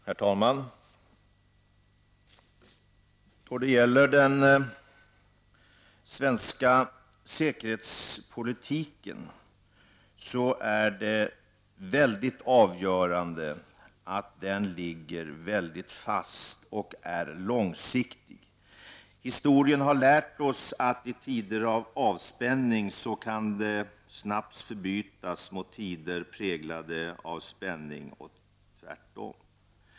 Herr talman! Det avgörande för den svenska säkerhetspolitiken är att den ligger fast och är långsiktig. Historien har lärt oss att tider av avspänning kan förbytas mot tider präglade av spänning och tvärtom.